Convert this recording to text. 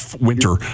winter